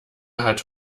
hat